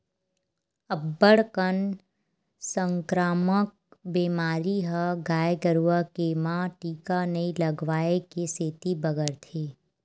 अब्बड़ कन संकरामक बेमारी ह गाय गरुवा के म टीका नइ लगवाए के सेती बगरथे